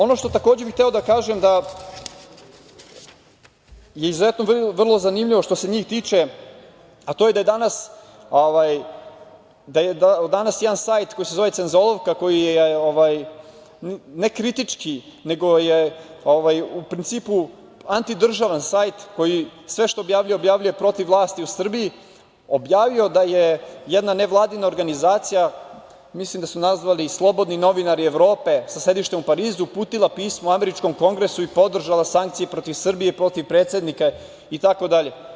Ono što bih takođe hteo da kažem, a izuzetno je vrlo zanimljivo, što se njih tiče, a to od danas jedan sajt koji se zove „Cenzol“ kako je ne kritički, nego je u principu antidržavni sajt koji sve što objavljuje objavljuje protiv vlasti u Srbiji objavio da je jedna nevladina organizacija, mislim da su nazvani „Slobodni novinari Evrope, sa sedištem u Parizu, uputila pismo američkom Kongresu i podržala sankcije protiv Srbije, protiv predsednika, itd.